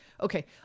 Okay